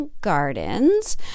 Gardens